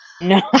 No